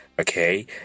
okay